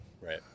Right